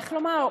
איך לומר,